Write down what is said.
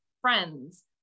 friends